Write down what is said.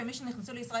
ומי שנכנסו לישראל